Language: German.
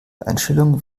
einstellung